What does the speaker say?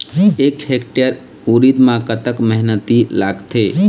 एक हेक्टेयर उरीद म कतक मेहनती लागथे?